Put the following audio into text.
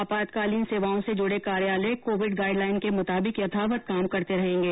आपातकालीन सेवाओं से जुड़े कार्यालय कोविड गाइडलाइन के मुताबिक यथावत काम करते रहेंगे